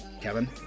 Kevin